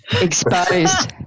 Exposed